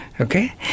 Okay